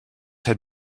had